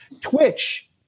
Twitch